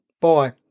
Bye